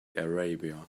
arabia